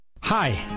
Hi